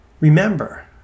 Remember